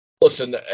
listen